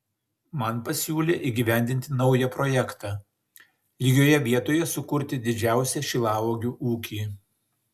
man pasiūlė įgyvendinti naują projektą lygioje vietoje sukurti didžiausią šilauogių ūkį